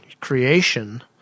creation